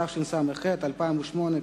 התשס”ח 2008,